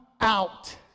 out